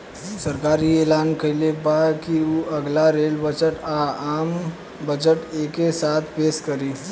सरकार इ ऐलान कइले बा की उ अगला रेल बजट आ, आम बजट एके साथे पेस करी